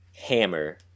hammer